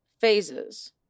phases